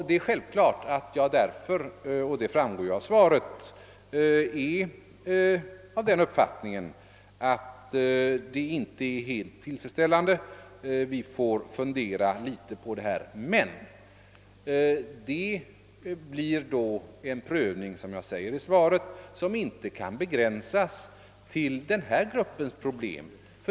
Det är självklart att även jag har den uppfattningen — vilket framgår av svaret — att nuvarande ordning inte är helt tillfredsställande. Vi får fundera litet på dessa frågor, men en dylik prövning kan — som jag säger i svaret — inte begränsas just till denna grupps problem.